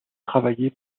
travailler